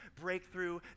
breakthrough